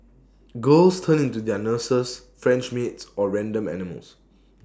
girls turn into their nurses French maids or random animals